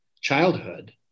childhood